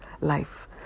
life